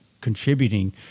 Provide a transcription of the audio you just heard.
contributing